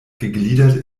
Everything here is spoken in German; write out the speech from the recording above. gegliedert